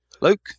Luke